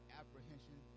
apprehension